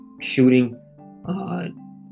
shooting